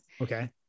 Okay